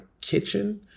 kitchen